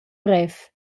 brev